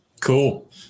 Cool